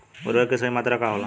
उर्वरक के सही मात्रा का होला?